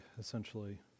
essentially